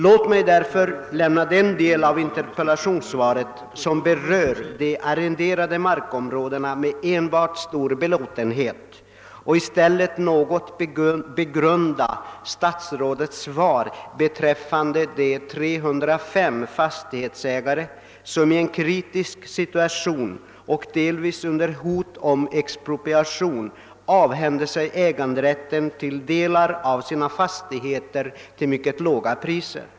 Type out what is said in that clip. Låt mig därför lämna den del av interpellationssvaret som gäller de arrenderade markområdena med enbart stor belåtenhet och i stället något begrunda statsrådets svar beträffande de 305 fastighetsägare, som i en kritisk situation, delvis under hot om expropriation, avhände sig äganderätten till delar av sina fastigheter till mycket låga priser.